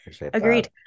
Agreed